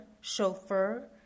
chauffeur